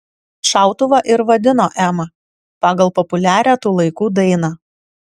šautuvą ir vadino ema pagal populiarią tų laikų dainą